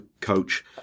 coach